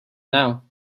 now